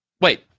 Wait